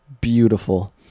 beautiful